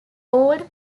old